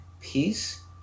peace